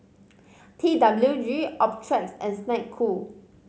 T W G Optrex and Snek Ku